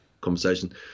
conversation